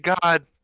God